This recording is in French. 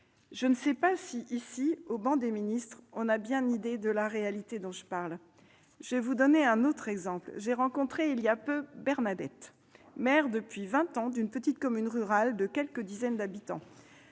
Je ne sais pas si, au banc des ministres, on a bien idée de la réalité dont je parle. Je vais vous donner un autre exemple. J'ai rencontré il y a peu Bernadette, maire depuis vingt ans d'une petite commune rurale de quelques dizaines d'habitants.